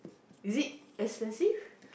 is it expensive